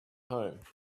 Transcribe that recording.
home